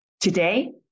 Today